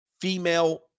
Female